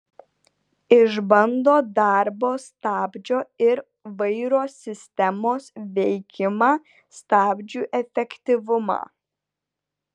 išbando darbo stabdžio ir vairo sistemos veikimą stabdžių efektyvumą